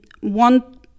one